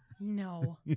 No